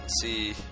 see